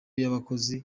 y’abakozi